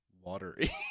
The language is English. watery